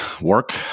work